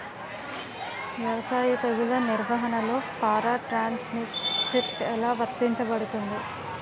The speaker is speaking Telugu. వ్యవసాయ తెగుళ్ల నిర్వహణలో పారాట్రాన్స్జెనిసిస్ఎ లా వర్తించబడుతుంది?